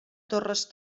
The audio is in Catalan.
torres